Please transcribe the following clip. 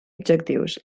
objectius